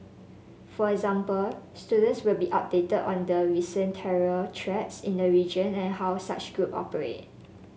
for example students will be updated on the recent terror threats in the region and how such group operate